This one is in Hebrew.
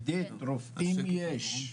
עידית, רופאים יש.